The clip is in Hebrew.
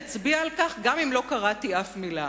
אצביע על כך גם אם לא קראתי אף מלה.